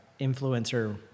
influencer